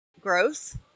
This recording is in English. Growth